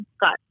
got